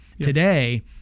Today